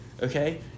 Okay